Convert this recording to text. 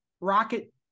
rocket